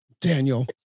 Daniel